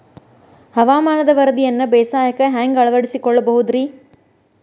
ಹವಾಮಾನದ ವರದಿಯನ್ನ ಬೇಸಾಯಕ್ಕ ಹ್ಯಾಂಗ ಅಳವಡಿಸಿಕೊಳ್ಳಬಹುದು ರೇ?